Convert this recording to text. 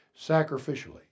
Sacrificially